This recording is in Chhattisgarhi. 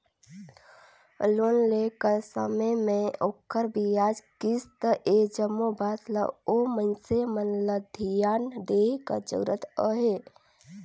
लोन लेय कर समे में ओखर बियाज, किस्त ए जम्मो बात ल ओ मइनसे मन ल धियान देहे कर जरूरत अहे